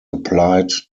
applied